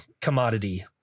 commodity